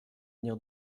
venir